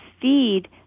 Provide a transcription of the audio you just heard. feed